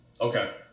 okay